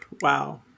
wow